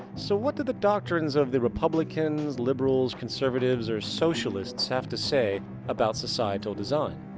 so what do the doctrines of the republicans, liberals, conservatives or socialists have to say about societal design?